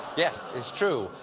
yes, it's true.